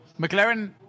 McLaren